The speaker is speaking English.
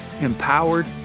empowered